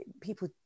people